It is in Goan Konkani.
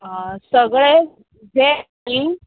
आ सगळें वॅज न्ही